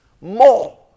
More